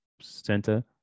center